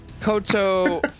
Koto